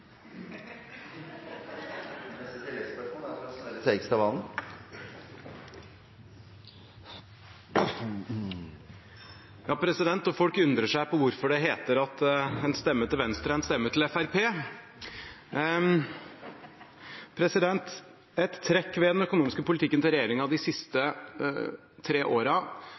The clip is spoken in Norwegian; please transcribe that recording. Snorre Serigstad Valen – til oppfølgingsspørsmål. Og folk undrer seg over hvorfor det heter: En stemme til Venstre er en stemme til Fremskrittspartiet. Et trekk ved den økonomiske politikken til regjeringen de siste tre